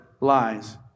lies